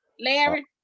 Larry